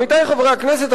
עמיתי חברי הכנסת,